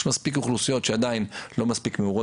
יש מספיק אוכלוסיות שעדיין לא מספיק מעורות